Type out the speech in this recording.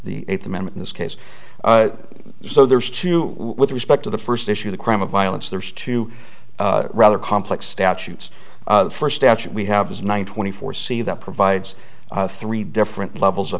the eighth amendment in this case so there's two with respect to the first issue the crime of violence there's two rather complex statutes first statute we have is nine twenty four see that provides three different levels of